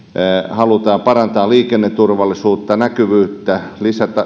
halutaan parantaa liikenneturvallisuutta lisätä näkyvyyttä